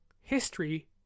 history